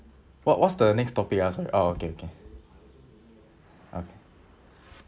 what what's the next topic ah sorry oh okay okay okay